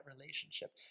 relationship